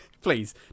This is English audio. please